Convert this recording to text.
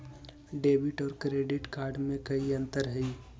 Debit और credit card में कई अंतर हई?